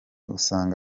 usanga